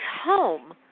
home